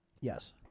yes